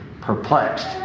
perplexed